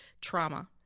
trauma